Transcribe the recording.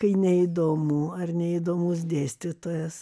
kai neįdomu ar neįdomus dėstytojas